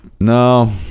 No